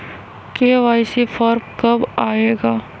KYC form कब आए गा?